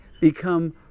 become